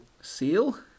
Seal